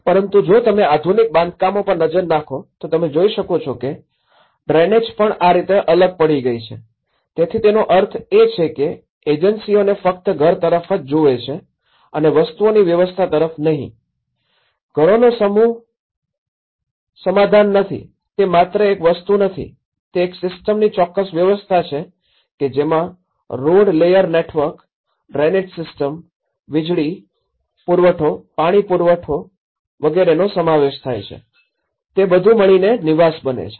પરંતુ જો તમે આધુનિક બાંધકામો પર નજર નાખો તો તમે જોઈ શકો છો કે ડ્રેનેજ પણ આ રીતે અલગ પડી ગઈ છે તેથી તેનો અર્થ એ કે એજન્સીઓને ફક્ત ઘર તરફ જ જોવે છે અને વસ્તુઓની વ્યવસ્થા તરફ નહીં ઘરોનો સમૂહ જ સમાધાન નથી તે માત્ર એક વસ્તુ નથી તે એક સિસ્ટમની ચોક્કસ વ્યવસ્થા છે કે જેમાં road layer network drainage systems વીજળી પુરવઠો પાણી પુરવઠાનો સમાવેશ થાય છે તે બધું મળીને નિવાસ બનાવે છે